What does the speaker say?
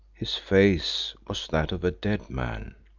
his face was that of a dead man.